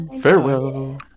Farewell